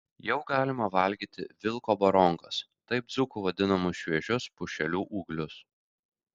jau galima valgyti vilko baronkas taip dzūkų vadinamus šviežius pušelių ūglius